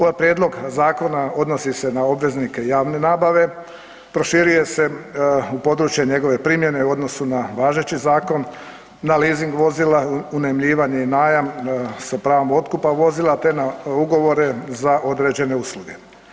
Ovaj prijedlog zakona odnosi se na obveznike javne nabave, proširuje se u područje njegove primjene u odnosu na važeći zakon, na leasing vozila, unajmljivanje i najam sa pravom otkupa vozila, te na ugovore za određene usluge.